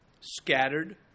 scattered